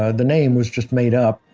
ah the name was just made up.